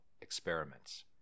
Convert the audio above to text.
experiments